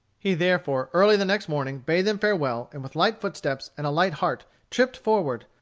he therefore, early the next morning, bade them farewell, and with light footsteps and a light heart tripped forward,